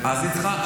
שנייה,